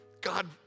God